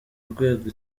rwego